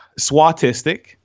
Swatistic